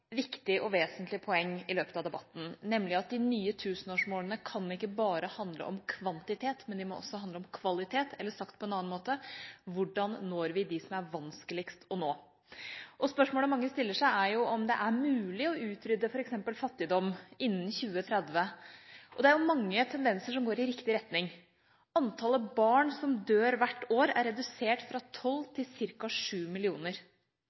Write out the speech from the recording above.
viktig og vesentlig poeng i løpet av debatten, nemlig at de nye tusenårsmålene ikke bare kan handle om kvantitet; de må også handle om kvalitet – eller sagt på en annen måte: Hvordan når vi dem som er vanskeligst å nå? Spørsmålet mange stiller seg, er om det er mulig å utrydde f.eks. fattigdom innen 2030. Det er mange tendenser som går i riktig retning. Antallet barn som dør hvert år, er redusert fra 12 millioner til ca. 7 millioner.